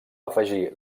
afegir